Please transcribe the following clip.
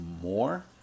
more